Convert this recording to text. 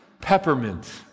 peppermint